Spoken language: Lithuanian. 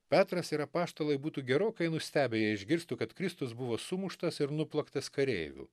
petras ir apaštalai būtų gerokai nustebę jei išgirstų kad kristus buvo sumuštas ir nuplaktas kareivių